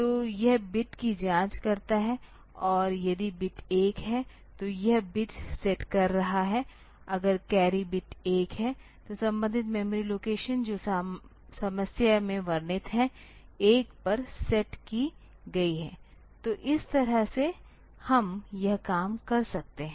तो यह बिट की जाँच करता है और यदि बिट 1 है तो यह बिट सेट कर रहा है अगर कैरी बिट 1 है तो संबंधित मेमोरी लोकेशन जो समस्या में वर्णित है 1 पर सेट की गई है तो इस तरह से हम यह काम कर सकते हैं